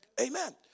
Amen